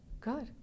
Good